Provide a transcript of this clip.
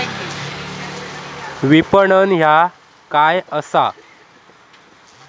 विपणन ह्या काय असा?